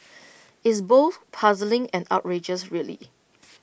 it's both puzzling and outrageous really